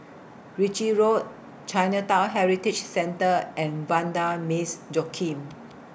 Ritchie Road Chinatown Heritage Centre and Vanda Miss Joaquim